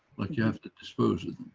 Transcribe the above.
you have to dispose